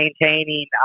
maintaining